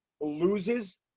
loses